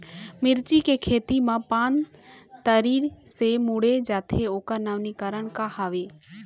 मिर्ची के खेती मा पान तरी से मुड़े जाथे ओकर नवीनीकरण का हवे?